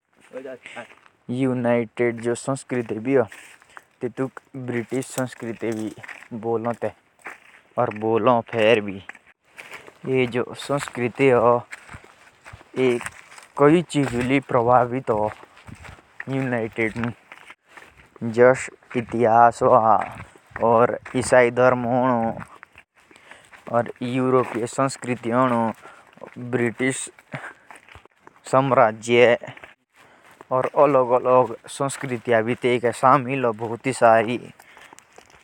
यूनाइटेड जो संस्कृति ह वास्ता भी साफ सफाई बुत ज्यादा होती ह। और वास्ता इसाई धर्म बुत ज्यादा मानते ह।